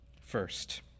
First